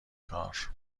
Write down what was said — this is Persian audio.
کار